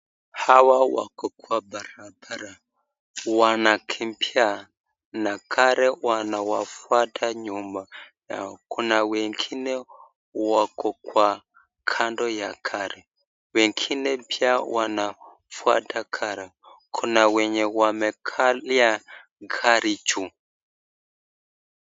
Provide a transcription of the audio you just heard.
Hawa wako kwa barabara wanakimbia na gari wanafuata nyuma na kuna wengine wako kwa kando ya gari. Wengine pia wanafuata gari kuna wenye wamekalia gari juu.